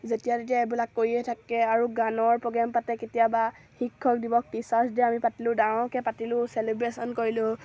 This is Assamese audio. যেতিয়া তেতিয়া এইবিলাক কৰিয়ে থাকে আৰু গানৰ প্ৰগ্ৰেম পাতে কেতিয়াবা শিক্ষক দিৱস টিচাৰ্চ দে আমি পাতিলোঁ ডাঙৰকৈ পাতিলোঁ চেলিব্ৰেশ্যন কৰিলোঁ